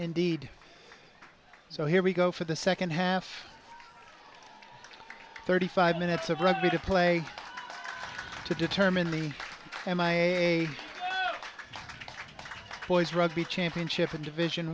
indeed so here we go for the second half thirty five minutes of rugby to play to determine the am i a boys rugby championship in division